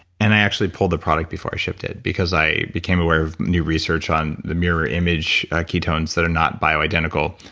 and i actually pulled the product before i shipped it, because i became aware of new research on the mirror image ketones that are not bioidentical,